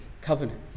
covenant